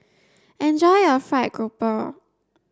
enjoy your fried grouper